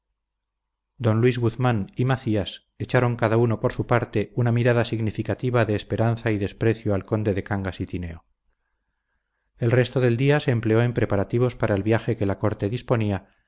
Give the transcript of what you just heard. don luis guzmán y macías echaron cada uno por su parte una mirada significativa de esperanza y desprecio al conde de cangas y tineo el resto del día se empleó en preparativos para el viaje que la corte disponía